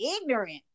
ignorant